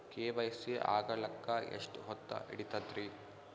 KYC ಆಗಲಕ್ಕ ಎಷ್ಟ ಹೊತ್ತ ಹಿಡತದ್ರಿ?